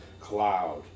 cloud